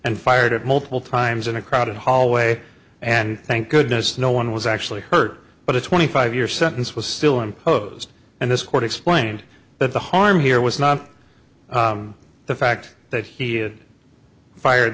and fired it multiple times in a crowded hallway and thank goodness no one was actually hurt but a twenty five year sentence was still imposed and this court explained that the harm here was not the fact that he had fired